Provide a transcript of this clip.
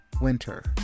Winter